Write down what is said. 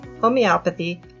homeopathy